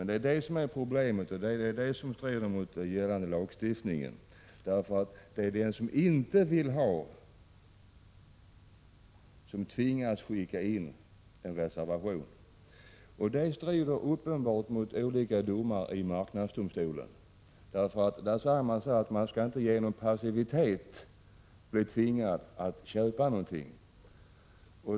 Det är det som är problemet och det som strider mot gällande lagstiftning. Det är nämligen den som inte vill ha försäkringen som tvingas skicka in en reservation. Det strider uppenbart mot olika domar i marknadsdomstolen. Där har sagts att man inte genom passivitet skall bli tvingad att köpa någonting.